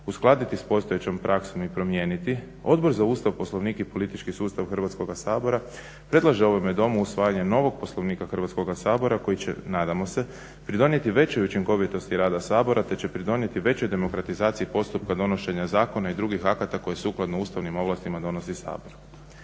uskladiti sa postojećom praksom i promijeniti Odbor za Ustav, Poslovnik i politički sustav Hrvatskoga sabora predlaže ovome Domu usvajanje novog Poslovnika Hrvatskog sabora koji će nadamo se pridonijeti većoj učinkovitosti rada Sabora te će pridonijeti većoj demokratizaciji postupka donošenja zakona i drugih akta koje sukladno ustavnim ovlastima donosi Sabor.